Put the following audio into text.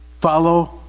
Follow